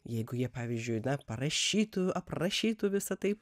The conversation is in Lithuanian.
jeigu jie pavyzdžiui parašytų aprašytų visa tai